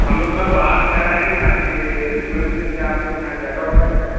हम लोग थोड़ा बाहर से आ रहे हैं आपके रेस्टोरेंट में क्या आप लोग के यहाँ जगह ओगा है क्या